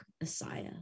messiah